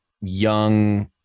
young